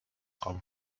come